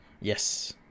yes